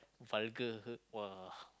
vulgar her !wah!